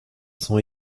sont